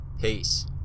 peace